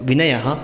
विनयः